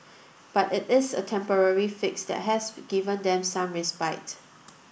but it is a temporary fix that has given them some respite